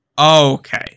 Okay